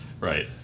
right